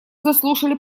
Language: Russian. заслушали